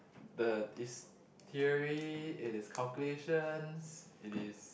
the is theory it is calculations it is